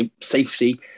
safety